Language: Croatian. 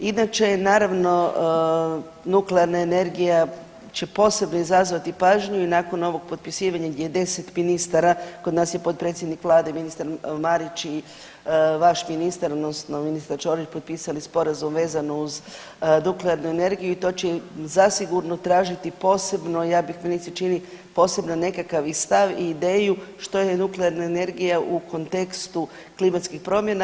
Inače naravno nuklearna energija će posebno izazvati pažnju i nakon ovog potpisivanja gdje je 10 ministara, kod nas je potpredsjednik vlade ministar Marić i vaš ministar odnosno ministar Ćorić potpisali sporazum vezano uz nuklearnu energiju i to će zasigurno tražiti posebno, meni se čini, posebno i nekakav stav i ideju što je nuklearna energija u kontekstu klimatskih promjena.